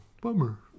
bummer